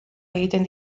egiten